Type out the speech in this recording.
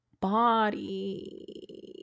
body